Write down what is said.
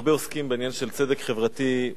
הרבה עוסקים בעניין של צדק חברתי.